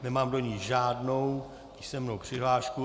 Nemám do ní žádnou písemnou přihlášku.